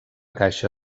caixa